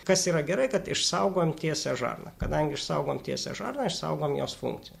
kas yra gerai kad išsaugojam tiesąją žarną kadangi išsaugojam tiesąją žarną išsaugom jos funkciją